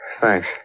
Thanks